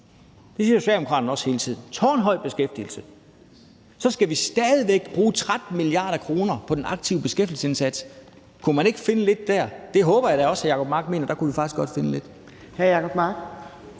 det siger Socialdemokraterne også hele tiden – så skal vi stadig væk bruge 13 mia. kr. på den aktive beskæftigelsesindsats? Kunne man ikke finde lidt der? Det håber jeg da også at hr. Jacob Mark mener, altså at der kunne vi faktisk godt finde lidt.